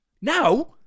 Now